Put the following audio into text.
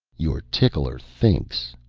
your tickler thinks,